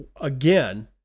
again